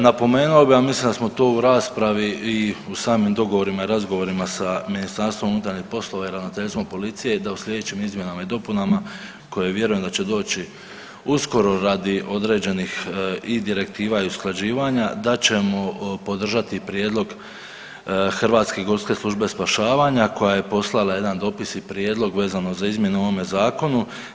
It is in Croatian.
Napomenuo bi vam, mislim da smo to u raspravi i u samim dogovorima i razgovorima sa MUP-om i ravnateljstvom policije da u slijedećim izmjenama i dopunama koje vjerujem da će doći uskoro radi određenih i direktiva i usklađivanja da ćemo podržati prijedlog HGSS-a koja je poslala jedan dopis i prijedlog vezano za izmjene u ovome zakonu.